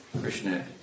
Krishna